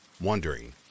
wondering